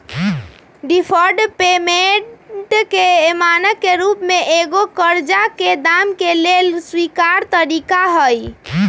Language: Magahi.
डिफर्ड पेमेंट के मानक के रूप में एगो करजा के दाम के लेल स्वीकार तरिका हइ